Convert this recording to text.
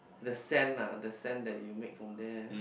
the sand ah the sand that you make from there